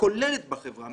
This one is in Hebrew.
בחברה שלנו,